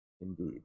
Indeed